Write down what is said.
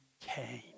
came